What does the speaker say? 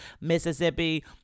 Mississippi